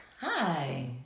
Hi